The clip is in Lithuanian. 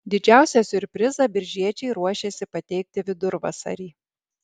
didžiausią siurprizą biržiečiai ruošiasi pateikti vidurvasarį